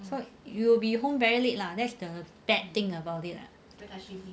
so you'll be home very late lah that's the bad thing about it lah